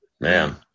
Man